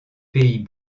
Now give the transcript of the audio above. pays